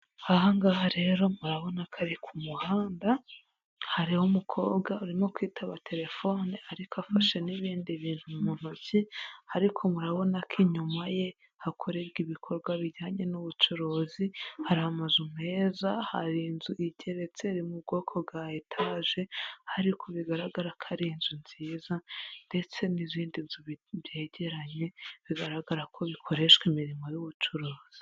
Ahangaha rero murabona ko ari ku muhanda hariho umukobwa urimo kwitaba telefone ariko afashe n'ibindi bintu mu ntoki ariko murabona ko inyuma ye hakorerwa ibikorwa bijyanye n'ubucuruzi hari amazu meza hari inzu igeretse iri mu bwoko bwa etage ariko bigaragara ko ari inzu nziza ndetse n'izindi nzu byegeranye bigaragara ko bikoreshwa imirimo y'ubucuruzi.